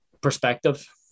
perspective